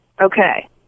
Okay